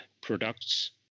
products